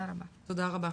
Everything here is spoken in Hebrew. תודה רבה.